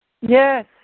Yes